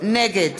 נגד